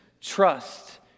trust